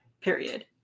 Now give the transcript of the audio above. Period